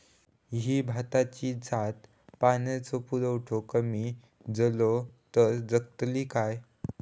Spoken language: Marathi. ही भाताची जात पाण्याचो पुरवठो कमी जलो तर जगतली काय?